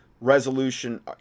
Resolution